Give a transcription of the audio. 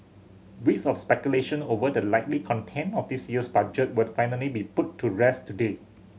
weeks of speculation over the likely content of this year's Budget will finally be put to rest today